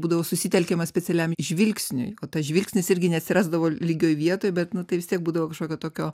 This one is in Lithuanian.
būdavo susitelkiama specialiam žvilgsniui o tas žvilgsnis irgi neatsirasdavo lygioj vietoj bet nu tai vis tiek būdavo kažkokio tokio